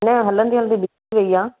न हलंदे हलंदे बिहजी वेई आहे